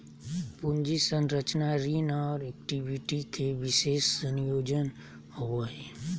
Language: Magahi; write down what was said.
पूंजी संरचना ऋण और इक्विटी के विशेष संयोजन होवो हइ